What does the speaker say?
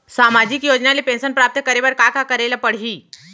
सामाजिक योजना ले पेंशन प्राप्त करे बर का का करे ल पड़ही?